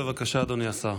בבקשה, אדוני השר.